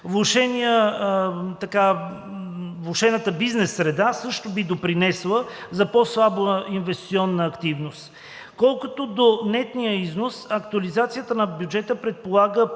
Влошената бизнес среда също би допринесла за по-слаба инвестиционна активност. Колкото до нетния износ, актуализацията на бюджета предполага